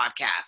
podcast